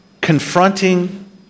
confronting